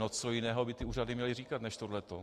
No co jiného by ty úřady měly říkat než tohle to?